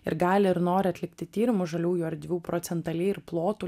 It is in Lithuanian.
ir gali ir nori atlikti tyrimus žaliųjų erdvių procentaliai ir plotų